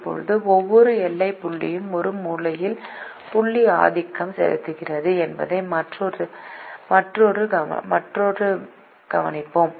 இப்போது ஒவ்வொரு எல்லை புள்ளியும் ஒரு மூலையில் புள்ளி ஆதிக்கம் செலுத்துகிறது என்பதை மற்றொரு கவனிப்போம்